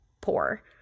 poor